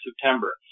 September